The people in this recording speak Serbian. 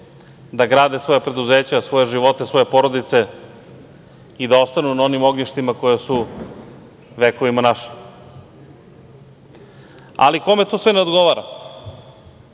da grade svoja preduzeća, svoje živote, svoje porodice i da ostanu na onim ognjištima koja su vekovima naša. Ali, kome to sve ne odgovara